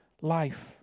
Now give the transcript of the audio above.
life